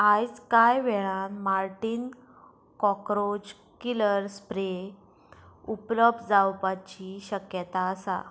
आयज कांय वेळान मार्टीन कॉक्रोच किलर स्प्रे उपलब्ध जावपाची शक्यता आसा